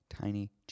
Tiny